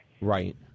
Right